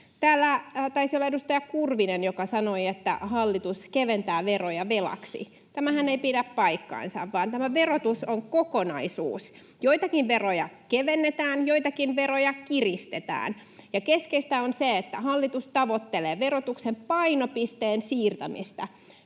tekee. Taisi olla edustaja Kurvinen, joka täällä sanoi, että hallitus keventää veroja velaksi. [Antti Kurvinen: Kyllä!] Tämähän ei pidä paikkaansa, vaan verotus on kokonaisuus. Joitakin veroja kevennetään, joitakin veroja kiristetään. Keskeistä on se, että hallitus tavoittelee verotuksen painopisteen siirtämistä.